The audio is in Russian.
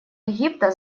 египта